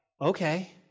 okay